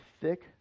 thick